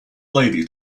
lady